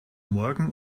morgen